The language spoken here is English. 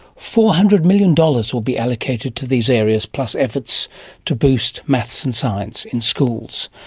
four hundred million dollars will be allocated to these areas, plus efforts to boost maths and science in schools.